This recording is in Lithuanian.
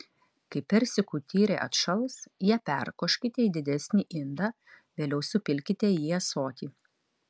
kai persikų tyrė atšals ją perkoškite į didesnį indą vėliau supilkite į ąsotį